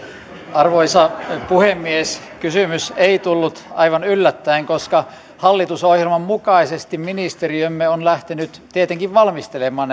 arvoisa puhemies kysymys ei tullut aivan yllättäin koska hallitusohjelman mukaisesti ministeriömme on lähtenyt tietenkin valmistelemaan